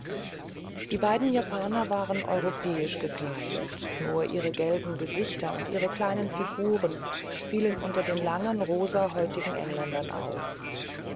die beiden japaner waren europäisch gekleidet nur ihre gelben gesichter und ihre kleinen figuren fielen unter den langen rosahäutigen engländern auf